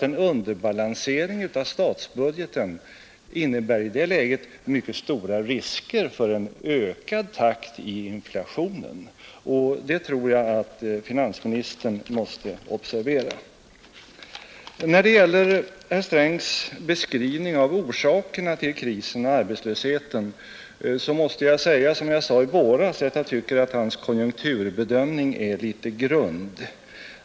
En underbalansering av statsbudgeten innebär ju i den situationen mycket stora risker för en ökad takt i inflationen. När det gäller herr Strängs beskrivning av orsakerna till krisen och arbetslösheten måste jag säga som jag sade i våras: Jag tycker att finansministerns konjunkturbedömning är litet grund.